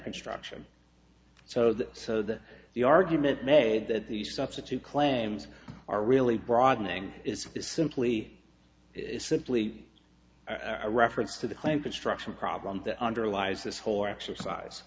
construction so that so that the argument made that the substitute claims are really broadening is simply simply a reference to the claim construction problem that underlies this whole exercise